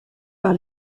par